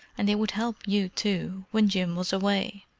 and it would help you, too, when jim was away.